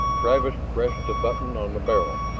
travis pressed the button on the barrel,